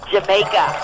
Jamaica